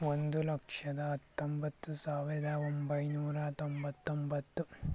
ಒಂದು ಲಕ್ಷದ ಹತ್ತೊಂಬತ್ತು ಸಾವಿರದ ಒಂಬೈನೂರ ತೊಂಬತ್ತೊಂಬತ್ತು